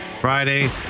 Friday